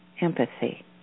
empathy